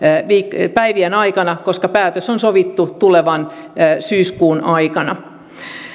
päivien aikana koska päätöksen on sovittu tulevan syyskuun aikana